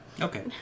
Okay